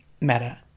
matter